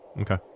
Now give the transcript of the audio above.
Okay